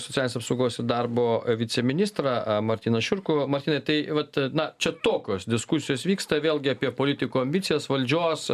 socialinės apsaugos ir darbo viceministrą a martyną šiurkų martynai tai vat na čia tokios diskusijos vyksta vėlgi apie politikų ambicijas valdžios